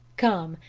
come,